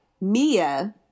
Mia